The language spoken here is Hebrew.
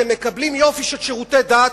הם מקבלים יופי של שירותי דת,